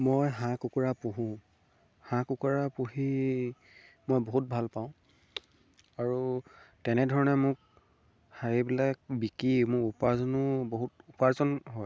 মই হাঁহ কুকুৰা পোহোঁ হাঁহ কুকুৰা পুহি মই বহুত ভাল পাওঁ আৰু তেনেধৰণে মোক সেইবিলাক বিকি মোৰ উপাৰ্জনো বহুত উপাৰ্জন হয়